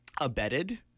abetted